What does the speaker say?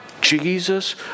Jesus